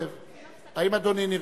זאב, האם אדוני נרגע?